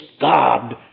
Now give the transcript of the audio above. God